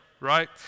right